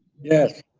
yes.